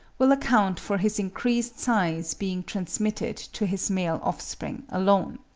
will account for his increased size being transmitted to his male offspring alone.